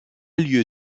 lieu